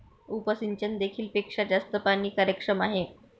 उपसिंचन देखील पेक्षा जास्त पाणी कार्यक्षम आहे